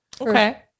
Okay